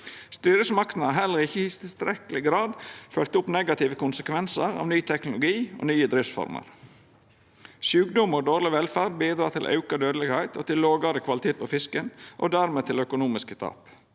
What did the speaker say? Styresmaktene har heller ikkje i tilstrekkeleg grad følgt opp negative konsekvensar av ny teknologi og nye driftsformer. Sjukdom og dårleg velferd bidreg til auka dødelegheit og til lågare kvalitet på fisken, og dermed til økonomiske tap.